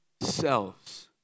selves